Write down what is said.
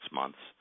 months